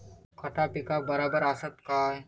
खता पिकाक बराबर आसत काय?